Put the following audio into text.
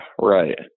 right